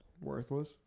Worthless